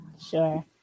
sure